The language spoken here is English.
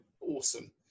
awesome